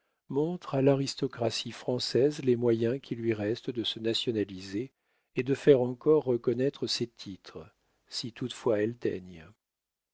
montrent à l'aristocratie française les moyens qui lui restent de se nationaliser et de faire encore reconnaître ses titres si toutefois elle daigne